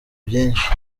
byinshi